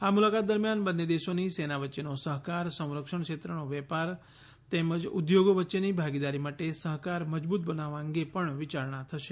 આ મુલાકાત દરમિયાન બંને દેશોની સેના વચ્ચેનો સહકાર સંરક્ષણ ક્ષેત્રનો વેપાર તેમજ ઉદ્યોગો વચ્ચેની ભાગીદારી માટે સહકાર મજબૂત બનાવવા અંગે પણ ચર્ચા વિચારણા હાથ ધરાશે